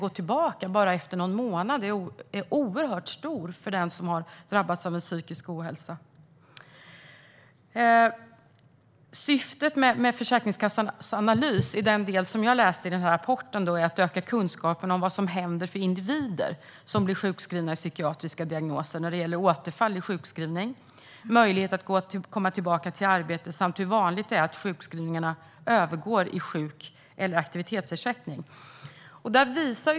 Men steget att efter bara någon månad gå tillbaka är oerhört stort för den som har drabbats av psykisk ohälsa. Syftet med Försäkringskassans analys i den del som jag läste i rapporten är att öka kunskapen om vad som händer för individer som blir sjukskrivna i psykiatriska diagnoser när det gäller återfall i sjukskrivning, möjlighet att komma tillbaka till arbetet samt hur vanligt det är att sjukskrivningarna övergår i sjuk eller aktivitetsersättning.